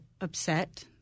upset